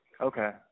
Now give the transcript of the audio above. okay